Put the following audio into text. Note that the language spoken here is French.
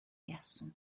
garçon